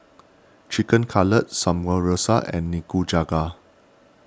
Chicken Cutlet Samgyeopsal and Nikujaga